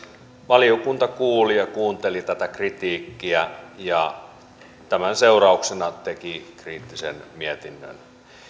valiokunta kuuli ja kuunteli tätä kritiikkiä ja tämän seurauksena teki kriittisen mietinnön